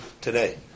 today